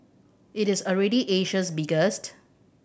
it is already Asia's biggest